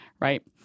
right